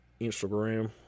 Instagram